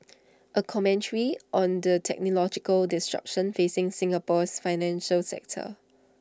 A commentary on the technological disruption facing Singapore's financial sector